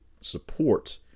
support